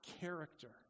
character